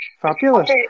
Fabulous